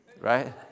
Right